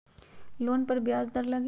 Loan पर ब्याज दर लगी?